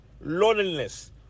loneliness